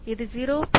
இது 0